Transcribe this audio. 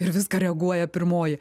ir į viską reaguoja pirmoji